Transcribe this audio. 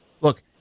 look